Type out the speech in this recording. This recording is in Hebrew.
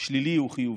שלילי הוא חיובי,